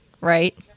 right